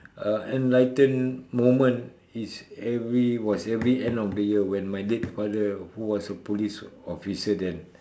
uh enlighten moment is every was every end of the year when my dead father who was a police officer then